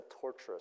torturous